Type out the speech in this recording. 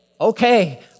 Okay